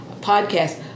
podcast